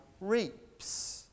reaps